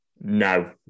No